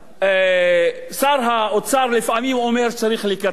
שר האוצר לפעמים אומר: צריך לקצץ בביטחון,